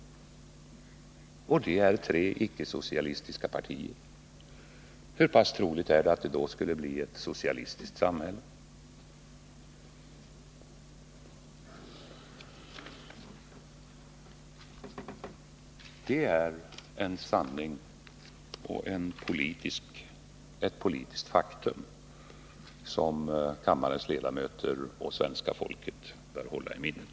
Och eftersom det är tre icke-socialistiska partier, hur troligt är det då att det skulle bli ett socialistiskt samhälle? Det är en sanning och ett politiskt faktum som kammarens ledamöter och svenska folket bör hålla i minnet.